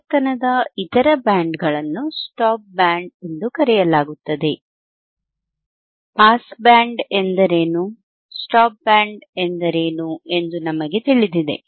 ಆವರ್ತನದ ಇತರ ಬ್ಯಾಂಡ್ಗಳನ್ನು ಸ್ಟಾಪ್ ಬ್ಯಾಂಡ್ ಎಂದು ಕರೆಯಲಾಗುತ್ತದೆ ಪಾಸ್ ಬ್ಯಾಂಡ್ ಎಂದರೇನು ಸ್ಟಾಪ್ ಬ್ಯಾಂಡ್ ಎಂದರೇನು ಎಂದು ನಮಗೆ ತಿಳಿದಿದೆ